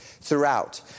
throughout